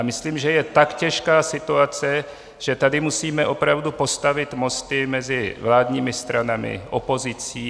Myslím, že je tak těžká situace, že tady musíme opravdu postavit mosty mezi vládními stranami a opozicí.